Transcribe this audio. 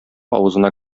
авызына